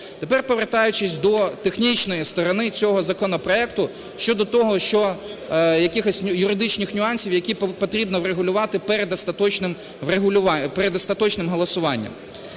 Тепер, повертаючись до технічної сторони цього законопроекту, щодо того, що якихось юридичних нюансів, які потрібно врегулювати перед остаточним голосуванням.